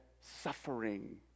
suffering